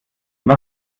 was